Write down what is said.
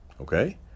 Okay